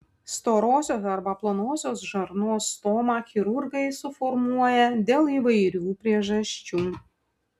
storosios arba plonosios žarnos stomą chirurgai suformuoja dėl įvairių priežasčių